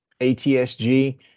ATSG